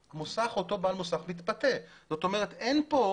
אותו בעל מוסך מתפתה זאת אומרת, אין כאן